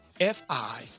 F-I